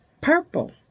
purple